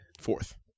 Fourth